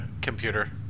computer